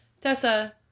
Tessa